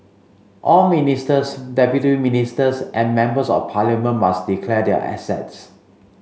all ministers deputy ministers and members of parliament must declare their assets